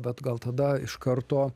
bet gal tada iš karto